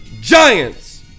Giants